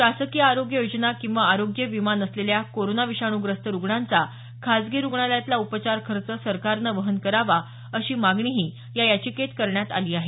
शासकीय आरोग्य योजना किंवा आरोग्य विमा नसलेल्या कोरोना विषाणूग्रस्त रुग्णांचा खासगी रुग्णालयातला उपचार खर्च सरकारनं वहन करावा अशी मागणीही या याचिकेत करण्यात आली आहे